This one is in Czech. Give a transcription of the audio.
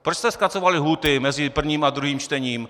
Proč jste zkracovali lhůty mezi prvním a druhým čtením?